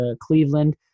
Cleveland